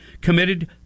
committed